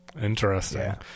Interesting